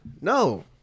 no